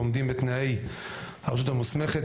והם עומדים בתנאי הרשות המוסמכת,